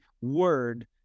word